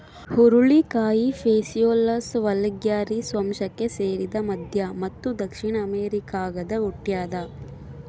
ಹುರುಳಿಕಾಯಿ Phaseolus vulgaris ವಂಶಕ್ಕೆ ಸೇರಿದ ಮಧ್ಯ ಮತ್ತು ದಕ್ಷಿಣ ಅಮೆರಿಕಾದಾಗ ಹುಟ್ಯಾದ